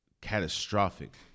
catastrophic